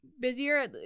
busier